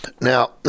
Now